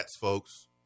folks